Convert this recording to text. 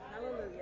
Hallelujah